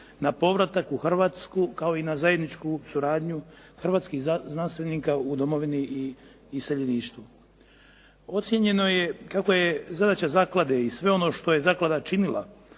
na povratak u Hrvatsku kao i na zajedničku suradnju hrvatskih znanstvenika u domovini i iseljeništvu. Ocijenjeno je kako je zadaća zaklade i sve ono što je zaklada činila